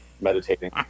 meditating